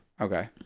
Okay